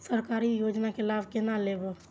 सरकारी योजना के लाभ केना लेब?